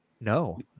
No